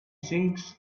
sinks